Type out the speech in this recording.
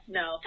no